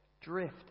Drift